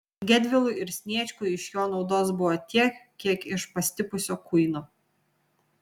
gedvilui ir sniečkui iš jo naudos buvo tiek kiek iš pastipusio kuino